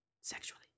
Sexually